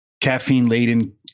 caffeine-laden